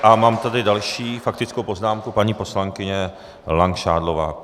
A mám tady další faktickou poznámku paní poslankyně Langšádlová.